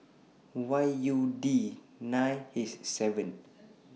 Y U D nine H seven